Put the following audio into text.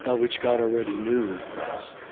ah which god already knew, of course.